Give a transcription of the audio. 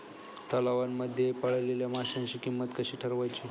तलावांमध्ये पाळलेल्या माशांची किंमत कशी ठरवायची?